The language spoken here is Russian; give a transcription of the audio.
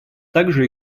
также